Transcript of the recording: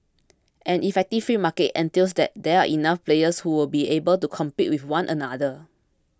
an effective free market entails that there are enough players who will be able to compete with one another